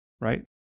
right